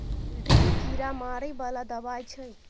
Aldrin कीरा मारै बला दवाई छै